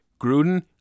Gruden